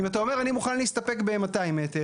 אם אתה אומר אני מוכן להסתפק ב-200 מטר